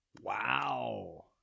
Wow